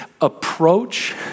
approach